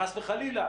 חס וחלילה,